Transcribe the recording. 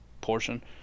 portion